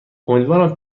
امیدوارم